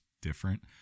different